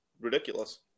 ridiculous